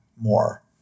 more